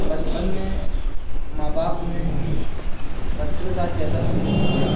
بچپن میں ماں باپ نے بچوں کے ساتھ جیسا سلوک کیا